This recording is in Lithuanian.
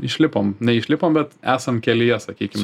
išlipom neišlipom bet esam kelyje sakykim